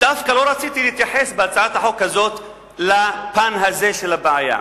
דווקא לא רציתי להתייחס בהצעת החוק הזאת לפן הזה של הבעיה.